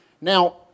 Now